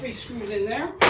screws in there.